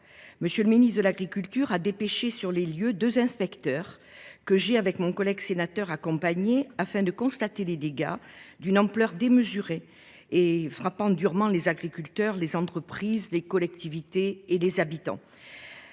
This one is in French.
Monsieur le ministre de l'Agriculture a dépêché sur les lieux 2 inspecteurs que j'ai avec mon collègue sénateur accompagner afin de constater les dégâts d'une ampleur démesurée et frappant durement les agriculteurs, les entreprises, les collectivités et des habitants.